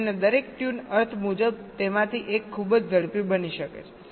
તેથી તેમને દરેક ટ્યુન અર્થ મુજબ તેમાંથી એક ખૂબ જ ઝડપી બની શકે છે